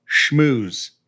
schmooze